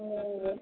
लेंगे